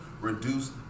reduce